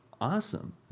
awesome